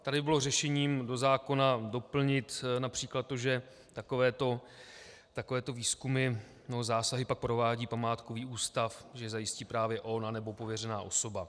Tady bylo řešením do zákona doplnit například to, že takovéto výzkumy nebo zásahy pak provádí památkový ústav, že je zajistí právě on nebo pověřená osoba.